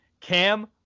Cam